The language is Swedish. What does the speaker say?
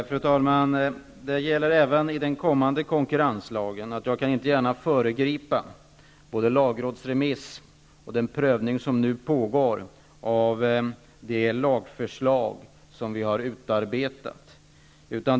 Fru talman! Även när det gäller den kommande konkurrenslagen, kan jag inte gärna föregripa både lagrådsremiss och den prövning som nu pågår av de lagförslag regeringen har arbetat fram.